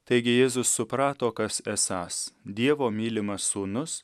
taigi jėzus suprato kas esąs dievo mylimas sūnus